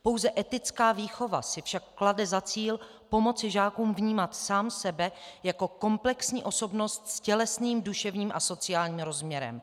Pouze etická výchova si však klade za cíl pomoci žákům vnímat sám sebe jako komplexní osobnost s tělesným, duševním a sociálním rozměrem.